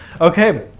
Okay